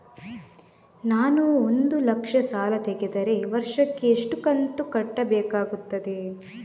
ನಾನು ಒಂದು ಲಕ್ಷ ಸಾಲ ತೆಗೆದರೆ ವರ್ಷಕ್ಕೆ ಎಷ್ಟು ಕಂತು ಕಟ್ಟಬೇಕಾಗುತ್ತದೆ?